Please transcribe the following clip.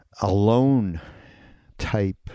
alone-type